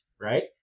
right